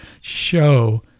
show